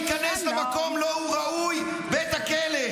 כדי לא להיכנס למקום שהוא ראוי לו, בית הכלא.